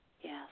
Yes